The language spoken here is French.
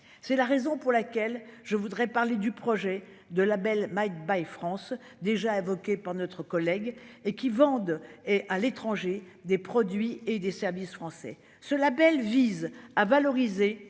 C'est la raison pour laquelle je voudrais parler du projet de Label Made by France déjà évoqués par notre collègue et qui vendent et à l'étranger des produits et des services français ce Label vise à valoriser